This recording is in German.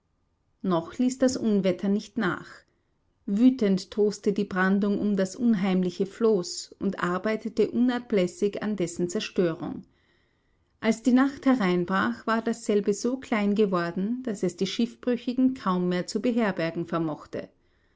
noch ließ das unwetter nicht nach wütend toste die brandung um das unheimliche floß und arbeitete unablässig an dessen zerstörung als die nacht hereinbrach war dasselbe so klein geworden daß es die schiffbrüchigen kaum mehr zu beherbergen vermochte